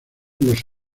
sobre